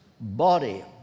body